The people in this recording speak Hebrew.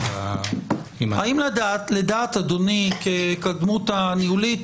--- האם לדעת אדוני כדמות הניהולית,